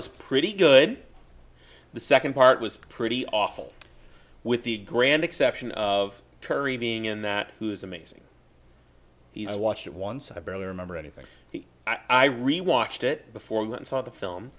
was pretty good the second part was pretty awful with the grand exception of terry being in that who is amazing he's watched it once i barely remember anything i really watched it before and saw the film